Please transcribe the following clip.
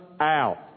out